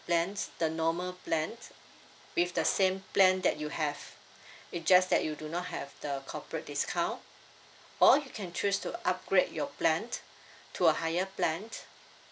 plan the normal plan with the same plan that you have it's just that you do not have the corporate discount or you can choose to upgrade your plan to a higher plan